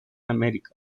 america